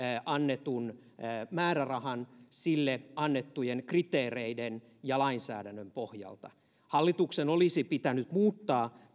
annetun määrärahan sille annettujen kriteereiden ja lainsäädännön pohjalta hallituksen olisi pitänyt muuttaa